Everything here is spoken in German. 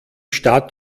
stadt